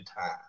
time